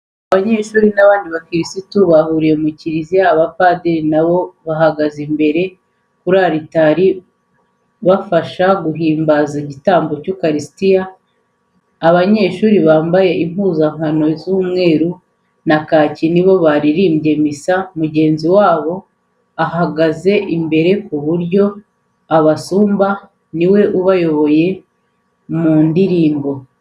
Abanyeshuri n'abandi bakirisitu bahuriye mu kiriziya, abapadiri nabo bahagaze imbere kuri aritari bafasha guhimbaza igitambo cy'ukarisitiya, abanyeshuri bambaye impuzankano z'umweru na kaki nibo baririmbye misa, mugenzi wabo ahagaze imbere ku buryo abasumba niwe ubayoboye mu ndirimbo.